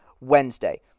Wednesday